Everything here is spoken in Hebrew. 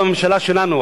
עלתה בממשלה שלנו,